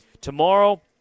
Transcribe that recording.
Tomorrow